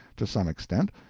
to some extent,